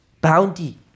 bounty